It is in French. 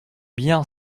bien